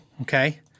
Okay